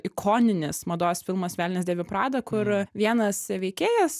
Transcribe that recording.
ikoninis mados filmas velnias dėvi prada kur vienas veikėjas